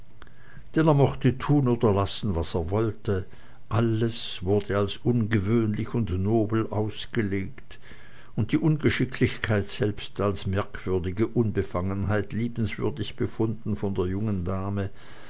er mochte tun oder lassen was er wollte alles wurde als ungewöhnlich und nobel ausgelegt und die ungeschicklichkeit selbst als merkwürdige unbefangenheit liebenswürdig befunden von der jungen dame